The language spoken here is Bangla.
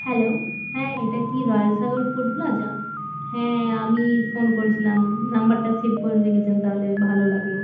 হ্যালো হ্যাঁ এটা কী রয়্যাল সাগর ফুড প্লাজা হ্যাঁ আমি ফোন করেছিলাম নাম্বারটা সেভ করে রেখেছেন তাহলে ভালো লাগলো